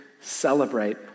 celebrate